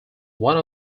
one